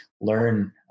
learn